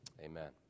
amen